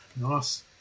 Nice